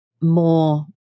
more